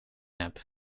heb